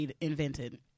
invented